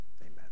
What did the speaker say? amen